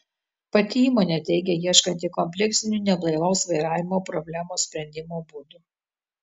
pati įmonė teigia ieškanti kompleksinių neblaivaus vairavimo problemos sprendimo būdų